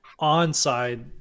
onside